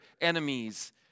enemies